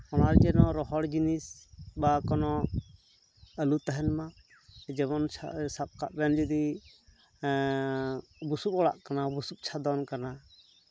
ᱚᱱᱟ ᱡᱮᱱᱚ ᱨᱚᱦᱚᱲ ᱡᱤᱱᱤᱥ ᱵᱟ ᱠᱳᱱᱳ ᱟᱹᱞᱩ ᱛᱟᱦᱮᱱ ᱢᱟ ᱡᱮᱢᱚᱱ ᱥᱟᱵ ᱠᱟᱜ ᱵᱮᱱ ᱡᱩᱫᱤ ᱵᱩᱥᱩᱜ ᱚᱲᱟᱜ ᱠᱟᱱᱟ ᱵᱩᱥᱩᱜ ᱪᱷᱟᱫᱚᱱ ᱠᱟᱱᱟ